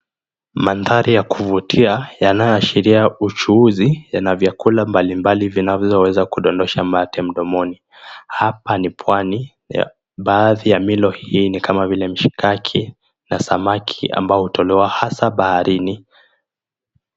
Mandari ya kuvutia, yanayoashiria uchuuzi yana vyakula mbalimbali vinavyoweza kudondosha mate mdomoni. Hapa ni pwani. Baadhi ya milo hii ni kama vile mishikaki na samaki ambao hutolewa hasaa baharini.